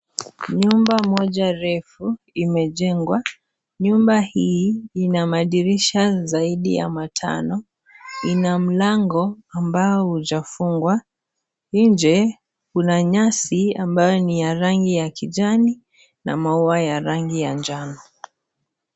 Nyumba moja refu imejengwa . Nyumba hii ina madirisha zaidi ya matano , ina mlango ambao hujafungwa , nje kuna nyasi ambayo ni ya rangi ya kijani na maua ya rangi ya njano.